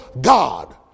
God